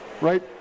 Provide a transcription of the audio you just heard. Right